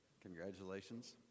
Congratulations